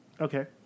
Okay